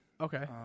Okay